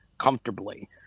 Comfortably